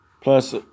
plus